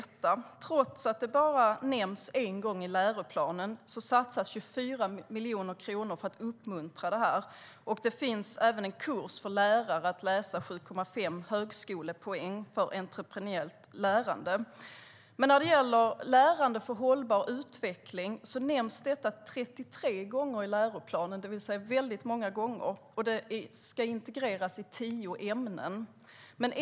Trots att det bara nämns en gång i läroplanen satsas 24 miljoner kronor för att uppmuntra detta. Det finns även en kurs där lärare kan läsa 7,5 högskolepoäng i entreprenöriellt lärande. Lärande för hållbar utveckling nämns dock 33 gånger i läroplanen, det vill säga väldigt många gånger, och det ska integreras i tio ämnen.